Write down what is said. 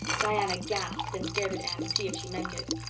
diana gasped and stared at anne to see if she meant it.